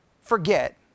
forget